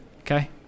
Okay